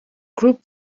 group